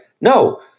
No